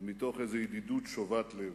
ומתוך איזה ידידות שובת לב.